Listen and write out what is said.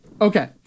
Okay